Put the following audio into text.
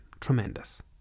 tremendous